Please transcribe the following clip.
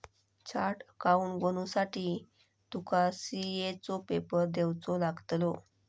chartered accountant बनुसाठी तुका CA चो पेपर देवचो लागतलो